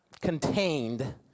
contained